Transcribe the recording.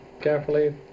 carefully